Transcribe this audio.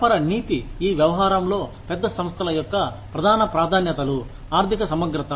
వ్యాపార నీతి ఈ వ్యవహారంలో పెద్ద సంస్థల యొక్క ప్రధాన ప్రాధాన్యతలు ఆర్థిక సమగ్రత